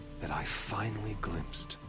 that i finally glimpsed.